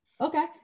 okay